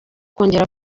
kongera